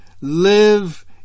live